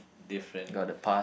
different